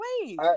wait